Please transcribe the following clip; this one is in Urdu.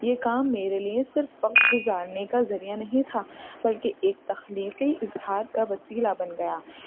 یہ کام میرے لیے صرف فخت گزارنے کا ذریعہ نہیں تھا بلکہ ایک تخلیقی اظہار کا وسیلہ بن گیا